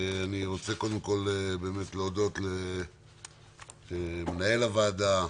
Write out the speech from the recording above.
אני רוצה קודם כול להודות למנהל הוועדה,